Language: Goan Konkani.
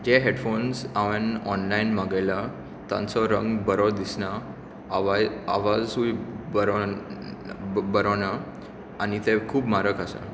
जे हेडफोन्स हांवें ऑनलायन मागयला तांचो रंग बरो दिसना आवा आवाजूय बरो बरो ना आनी ते खूब मारग आसा